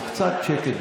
אז קצת שקט,